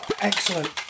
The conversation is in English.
excellent